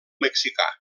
mexicà